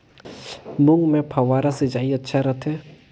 मूंग मे फव्वारा सिंचाई अच्छा रथे?